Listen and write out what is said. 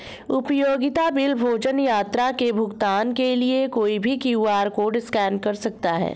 उपयोगिता बिल, भोजन, यात्रा के भुगतान के लिए कोई भी क्यू.आर कोड स्कैन कर सकता है